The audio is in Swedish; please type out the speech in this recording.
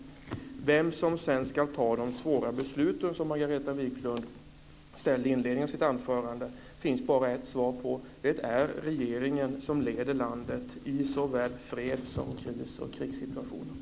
Frågan om vem som sedan ska fatta de svåra besluten, som Margareta Viklund ställde i inledningen av sitt anförande finns det bara ett svar på. Det är regeringen som leder landet i såväl fred som kris och krigssituationer.